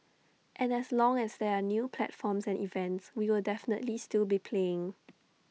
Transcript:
and as long as there are new platforms and events we will definitely still be playing